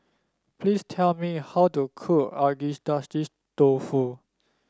please tell me how to cook Agedashi Dofu